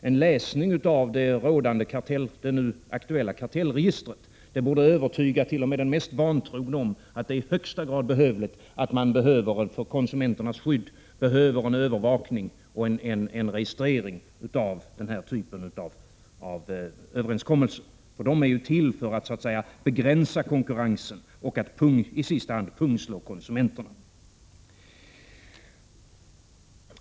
En läsning av det nu aktuella kartellregistret borde övertyga t.o.m. den mest vantrogne om att det är i högsta grad behövligt för konsumenternas skydd med en övervakning och en registrering av denna typ av överenskommelser. Dessa överenskommelser är ju till för att begränsa konkurrensen och för att i sista hand pungslå konsumenterna.